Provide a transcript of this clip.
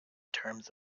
terms